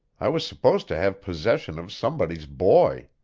i was supposed to have possession of somebody's boy.